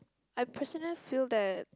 I personally feel that